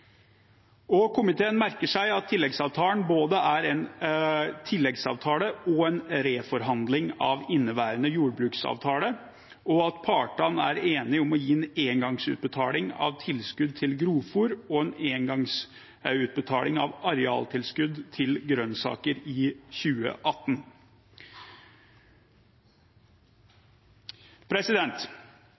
Komiteen merker seg at tilleggsavtalen er både en tilleggsavtale og en reforhandling av inneværende jordbruksavtale, og at partene er enige om å gi en engangsutbetaling av tilskudd til grovfôr og en engangsutbetaling av arealtilskudd til grønnsaker i 2018.